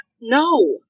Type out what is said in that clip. No